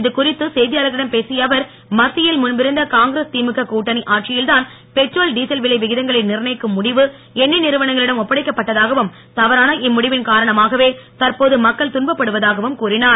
இதுகுறித்து செய்தியாளர்களிடம் பேசிய அவர் மத்தியில் முன்பிருந்த காங்கிரஸ் திமுக கூட்டணி ஆட்சியில் தான் பெட்ரோல் டீசல் விலை விகிதங்களை நிர்ணயிக்கும் முடிவை எண்ணெய் நிறுவனங்களிடம் ஒப்படைக்கப்பட்டதாகவும் தவறான இம்முடிவின் காரணமாகவே தற்போது மக்கள் துன்பப்படுவதாகவும் கூறினார்